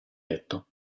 letto